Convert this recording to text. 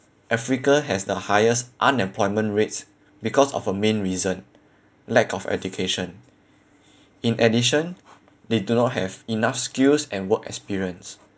africa has the highest unemployment rates because of a main reason lack of education in addition they do not have enough skills and work experience